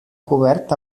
cobert